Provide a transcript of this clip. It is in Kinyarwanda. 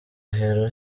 ahera